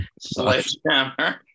sledgehammer